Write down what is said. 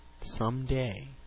someday